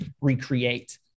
recreate